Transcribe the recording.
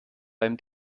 beim